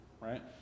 right